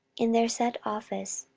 in their set office,